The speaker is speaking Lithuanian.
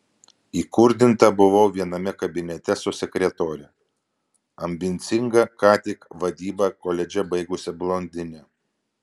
įkurdinta buvau viename kabinete su sekretore ambicinga ką tik vadybą koledže baigusia blondine